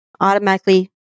automatically